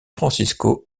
francisco